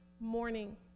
morning